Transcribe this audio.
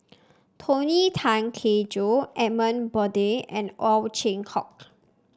Tony Tan Keng Joo Edmund Blundell and Ow Chin Hock